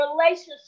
relationship